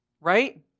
Right